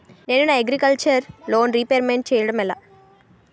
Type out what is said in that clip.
నేను నా agriculture loan repayment చేయడం ఎలా?